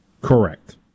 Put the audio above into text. Correct